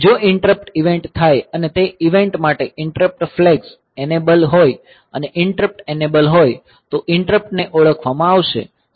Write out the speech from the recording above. જો interrupt event થાય અને તે ઈવેન્ટ માટે ઈંટરપ્ટ ફ્લેગ્સ એનેબલ હોય અને ઈંટરપ્ટ એનેબલ હોય તો ઈંટરપ્ટ ને ઓળખવામાં આવશે